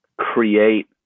create